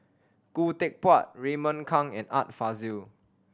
Khoo Teck Puat Raymond Kang and Art Fazil